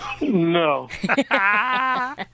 No